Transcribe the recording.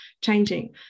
changing